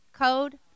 code